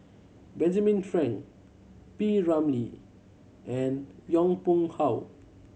Benjamin Frank P Ramlee and Yong Pung How